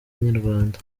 inyarwanda